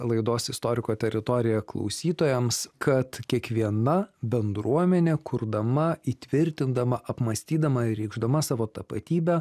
laidos istoriko teritorija klausytojams kad kiekviena bendruomenė kurdama įtvirtindama apmąstydama ir reikšdama savo tapatybę